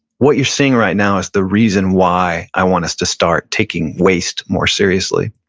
what you're seeing right now is the reason why i want us to start taking waste more seriously.